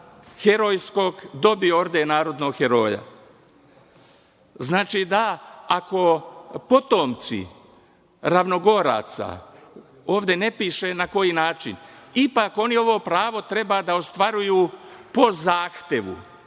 herojskog dobio orden narodnog heroja. Znači, ako potomci ravnogoraca, ovde ne piše na koji način, ipak oni ovo pravo treba da ostvaruju po zahtevu.